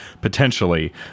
potentially